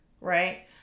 right